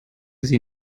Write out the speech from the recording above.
sie